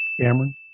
Cameron